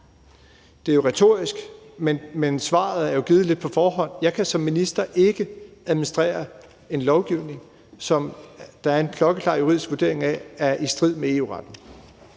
Det er retorisk, og svaret er jo givet lidt på forhånd. Jeg kan som minister ikke administrere en lovgivning, som der er en klokkeklar juridisk vurdering af er i strid med EU-retten.